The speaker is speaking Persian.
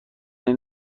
این